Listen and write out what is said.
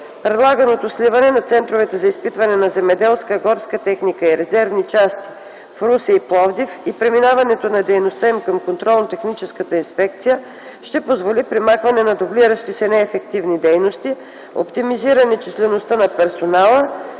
Предлаганото сливане на центровете за изпитване на земеделска, горска техника и резервни части в Русе и Пловдив и преминаването на дейността им към Контролно-техническата инспекция ще позволи премахване на дублиращи се и неефективни дейности, оптимизиране числеността на персонала,